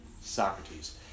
Socrates